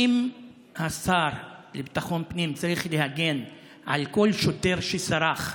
האם השר לביטחון הפנים צריך להגן על כל שוטר שסרח?